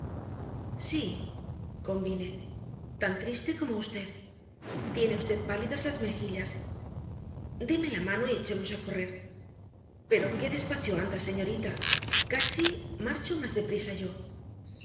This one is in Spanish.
sí convine tan triste como usted tiene usted pálidas las mejillas deme la mano y echemos a correr pero qué despacio anda señorita casi marcho más deprisa yo